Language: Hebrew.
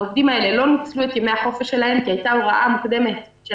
העובדים האלה לא ניצלו את ימי החופשה שלהם כי הייתה הוראה מוקדמת של